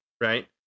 right